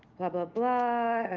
blah, blah, blah,